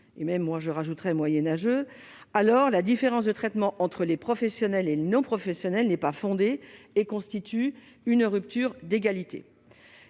et même moyenâgeux, selon moi -, alors la différence de traitement entre les professionnels et les non-professionnels n'est pas fondée et constitue une rupture d'égalité.